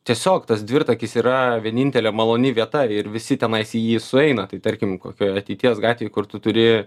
tiesiog tas dvirtakis yra vienintelė maloni vieta ir visi tenais į jį sueina tai tarkim kokioj ateities gatvėje kur tu turi